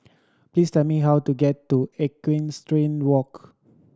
please tell me how to get to Equestrian Walk